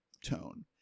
tone